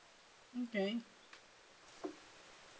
okay